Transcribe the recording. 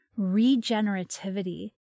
regenerativity